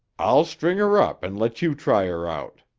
i'll string her up and let you try her out.